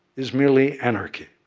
is, merely, anarchy.